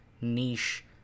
niche